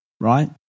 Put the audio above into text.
right